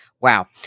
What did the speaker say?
Wow